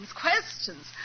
questions